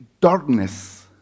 darkness